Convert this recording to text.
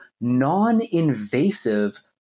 non-invasive